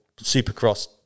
supercross